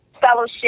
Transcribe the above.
fellowship